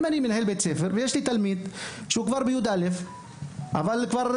אם אני מנהל בית ספר ויש לי תלמיד בכיתה י״א שכבר נשר,